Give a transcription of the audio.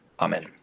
amen